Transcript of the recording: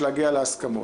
להגיע להסכמות.